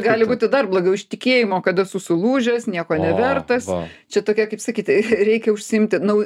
gali būti dar blogiau iš tikėjimo kad esu sulūžęs nieko nevertas čia tokia kaip sakyt re reikia užsiimti nau